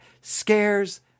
scares